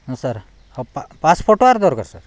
ହଁ ସାର୍ ହଉ pass photo ଆର୍ ଦରକାର ସାର୍